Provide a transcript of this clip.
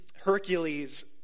Hercules